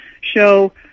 show